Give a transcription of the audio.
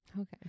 Okay